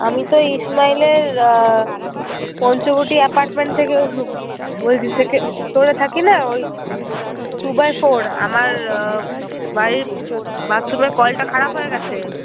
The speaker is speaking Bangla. আমি তো ইসমাইলের পঞ্চবটি অ্যাপার্টমেন্ট থেকে বলছি সেকেন্ড ফ্লোরে থাকি না ওই টু বাই ফোর আমার বাড়ির বাথরুমের কলটা খারাপ হয়ে গেছে